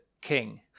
King